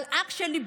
אבל אח שלי,